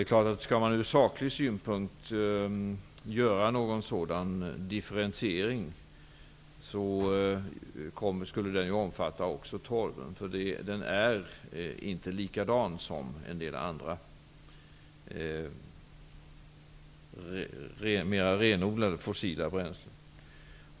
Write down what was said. Sakligt sett skulle en sådan differentiering, om den görs, också kunna ske beträffande torven, eftersom den skiljer sig från en del andra, mera renodlade fossila bränslen.